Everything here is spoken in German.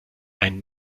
ein